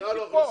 אני הייתי כאן.